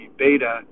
beta